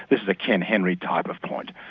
this is a ken henry type of point.